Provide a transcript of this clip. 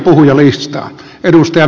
arvoisa puhemies